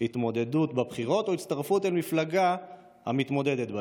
התמודדות בבחירות או הצטרפות אל מפלגה המתמודדת בהן.